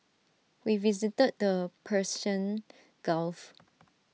we visited the Persian gulf